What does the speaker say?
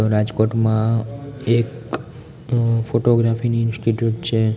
તો રાજકોટમાં એક ફોટોગ્રાફીની ઈન્સ્ટિટ્યૂટ છે